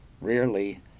rarely